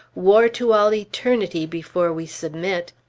war to all eternity before we submit.